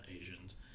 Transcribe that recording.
Asians